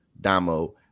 Damo